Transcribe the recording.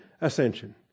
ascension